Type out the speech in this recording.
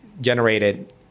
generated